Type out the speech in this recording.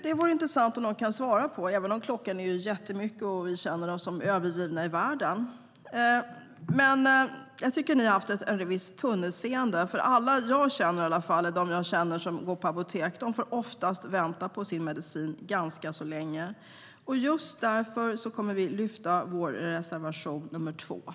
Det vore intressant om någon kunde svara på det, även om klockan är jättemycket och vi känner oss övergivna i världen. Jag tycker att ni har haft ett visst tunnelseende. Alla jag känner som går på apotek får oftast vänta på sin medicin ganska länge. Därför kommer vi att rösta för vår reservation nr 2.